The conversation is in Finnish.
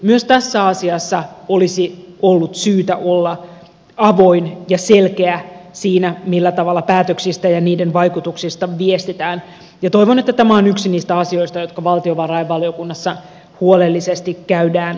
myös tässä asiassa olisi ollut syytä olla avoin ja selkeä siinä millä tavalla päätöksistä ja niiden vaikutuksista viestitään ja toivon että tämä on yksi niistä asioista jotka valtiovarainvaliokunnassa huolellisesti käydään läpi